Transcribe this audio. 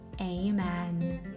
Amen